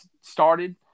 started